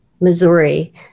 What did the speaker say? Missouri